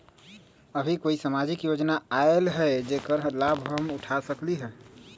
अभी कोई सामाजिक योजना आयल है जेकर लाभ हम उठा सकली ह?